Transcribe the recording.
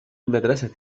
المدرسة